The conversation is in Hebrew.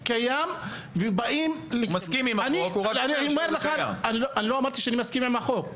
אני לא אמרתי שאני מסכים עם החוק.